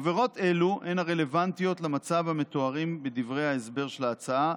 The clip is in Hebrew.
עבירות אלו הן הרלוונטיות למצבים המתוארים בדברי ההסבר של ההצעה,